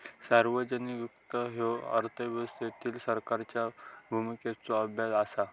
सार्वजनिक वित्त ह्यो अर्थव्यवस्थेतील सरकारच्या भूमिकेचो अभ्यास असा